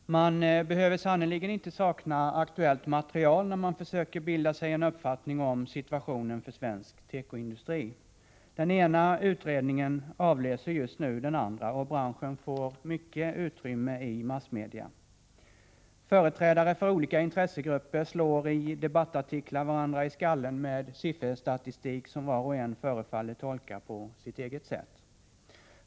Herr talman! Man behöver sannerligen inte sakna aktuellt material när man försöker bilda sig en uppfattning om situationen för svensk tekoindustri. Den ena utredningen avlöser just nu den andra, och branschen får mycket utrymme i massmedia. Företrädare för olika intressegrupper slår i debattartiklar varandra i skallen med sifferstatistik som var och en förefaller tolka på sitt eget sätt.